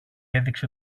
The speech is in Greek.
έδειξε